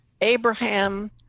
Abraham